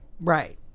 Right